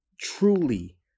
truly